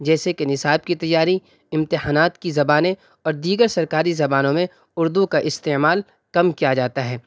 جیسے کہ نصاب کی تیاری امتحانات کی زبانیں اور دیگر سرکاری زبانوں میں اردو کا استعمال کم کیا جاتا ہے